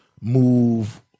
move